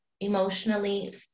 emotionally